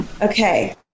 Okay